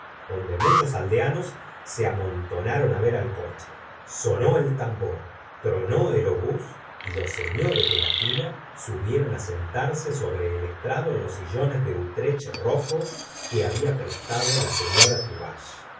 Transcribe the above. donde muchos aldeanos se amontonaron á ver el coche li señora de bovary sonó el tambor tronó el obús y los señores de la fila subieron santarse sobre el estrado en los sillones de utrech rojo que había prestado la seño ra